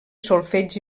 solfeig